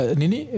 nini